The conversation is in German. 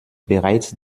bereits